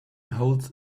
holds